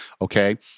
Okay